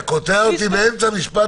למה אתה קוטע אותי באמצע משפט?